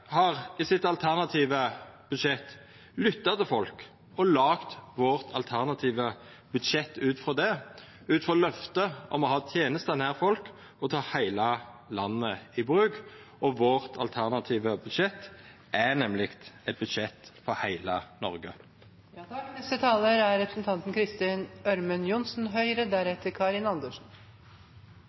alternative budsjettet sitt lytta til folk, og vi har laga det alternative budsjettet vårt ut frå det, og ut frå løftet om å ha tenester nær folk og ta heile landet i bruk. Og det alternative budsjettet vårt er nemleg det: eit budsjett for heile Noreg. Å ha en jobb å gå til er